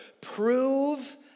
Prove